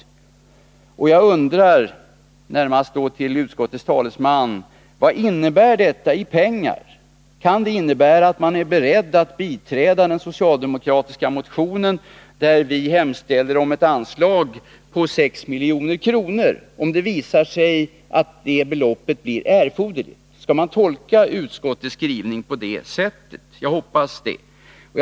Jag undrar, och riktar mig då närmast till utskottets talesman, vad detta innebär i pengar. Kan det innebära att man är beredd att biträda den socialdemokratiska motionen, där vi hemställer om ett anslag på 6 milj.kr., om det visar sig att det beloppet blir erforderligt? Skall jag tolka utskottets skrivning på det sättet? Jag hoppas det.